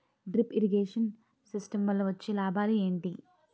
Drip irrigation system వల్ల వచ్చే లాభాలు ఏంటి?